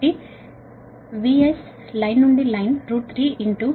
కాబట్టి VS line నుండి line 3120